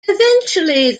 eventually